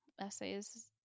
Essays